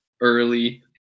early